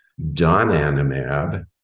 Donanimab